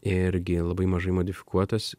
irgi labai mažai modifikuotas